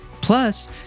Plus